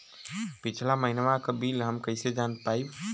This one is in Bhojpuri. पिछला महिनवा क बिल हम कईसे जान पाइब?